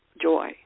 joy